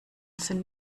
sind